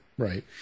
Right